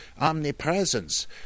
omnipresence